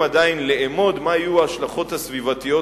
עדיין לאמוד מה יהיו ההשלכות הסביבתיות,